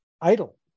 idle